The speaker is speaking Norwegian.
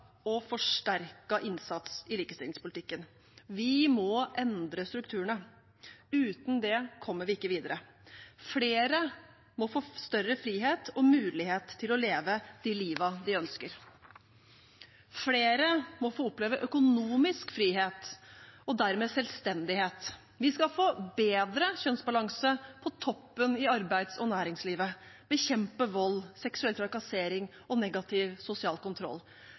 innsats i likestillingspolitikken. Vi må endre strukturene. Uten det kommer vi ikke videre. Flere må få større frihet og mulighet til å leve det livet de ønsker. Flere må få oppleve økonomisk frihet og dermed selvstendighet. Vi skal få bedre kjønnsbalanse på toppen i arbeids- og næringslivet, bekjempe vold, seksuell trakassering og negativ sosial kontroll,